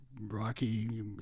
rocky